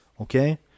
Okay